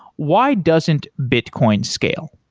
why doesn't bitcoin scale?